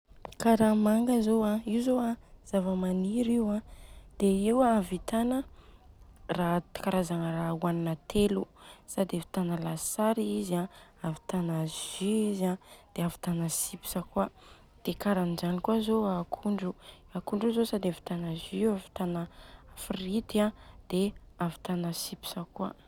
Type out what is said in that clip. Kara manga zô an, io zô an zava-maniry io an dia io a ahavitàna raha karazagna raha telo.